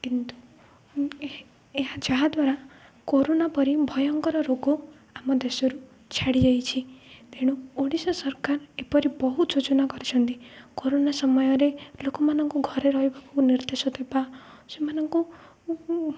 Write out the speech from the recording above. କିନ୍ତୁ ଏହା ଯାହାଦ୍ୱାରା କରୋନା ପରି ଭୟଙ୍କର ରୋଗ ଆମ ଦେଶରୁ ଛାଡ଼ି ଯାଇଛି ତେଣୁ ଓଡ଼ିଶା ସରକାର ଏପରି ବହୁତ ଯୋଜନା କରିଛନ୍ତି କରୋନା ସମୟରେ ଲୋକମାନଙ୍କୁ ଘରେ ରହିବାକୁ ନିର୍ଦ୍ଦେଶ ଦେବା ସେମାନଙ୍କୁ